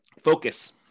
Focus